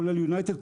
כולל יונייטד,